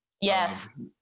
Yes